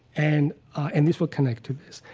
and and this will connect to this.